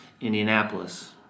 indianapolis